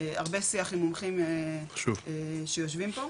הרבה שיח עם מומחים שיושבים פה.